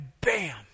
bam